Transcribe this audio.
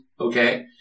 Okay